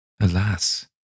Alas